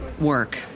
work